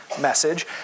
message